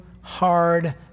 hard